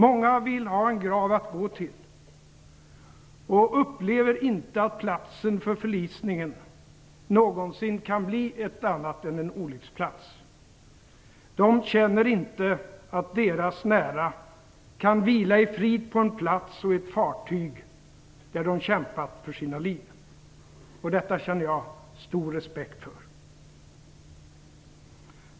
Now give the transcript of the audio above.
Många vill ha en grav att gå till och upplever inte att platsen för förlisningen någonsin kan bli något annat än en olycksplats. De känner inte att deras nära kan vila i frid på en plats och ett fartyg där de kämpat för sina liv. Detta känner jag stor respekt för.